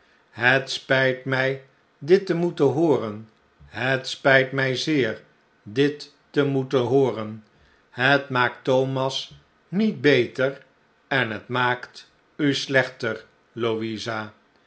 het spijt mij dittemoeten hooren het spijt mij zeer dit te moeten hooren het maakt thomas niet beter en het maakt u slechter louisa